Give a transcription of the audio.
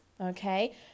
Okay